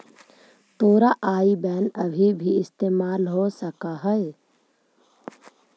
तोरा आई बैन अभी भी इस्तेमाल हो सकऽ हई का?